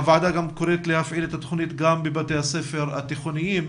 הוועדה גם קוראת להפעיל את התוכנית גם בבתי הספר התיכוניים,